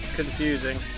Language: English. confusing